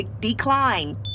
Decline